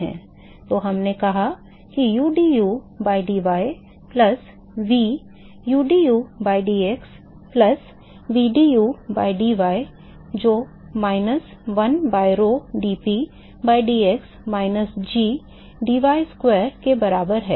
तो हमने कहा कि udu by dy plus v udu by dx plus vdu by dy जो minus 1 by rho dp by dx minus g dy square ke बराबर है